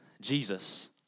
Jesus